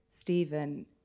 Stephen